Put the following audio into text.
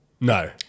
No